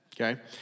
okay